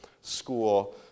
school